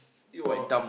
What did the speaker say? it wa~